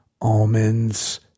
almonds